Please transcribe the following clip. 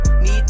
need